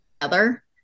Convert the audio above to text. together